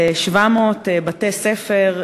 ב-700 בתי-ספר,